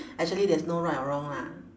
actually there's no right or wrong lah